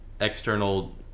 external